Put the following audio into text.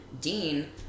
Dean